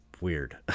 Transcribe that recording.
weird